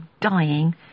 dying